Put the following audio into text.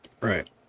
Right